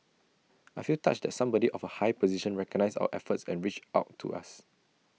I feel touched that somebody of A high position recognised our efforts and reached out to us